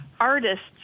artists